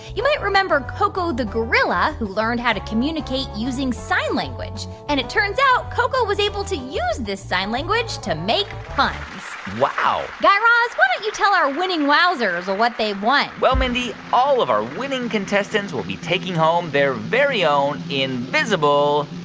you might remember koko the gorilla, who learned how to communicate using sign language. and it turns out koko was able to use this sign language to make puns wow guy raz, why don't you tell her winning wowzers what they've won? well, mindy, all of our winning contestants will be taking home their very own invisible